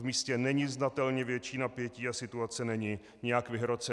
V místě není znatelně větší napětí a situace není nijak vyhrocená.